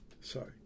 Sorry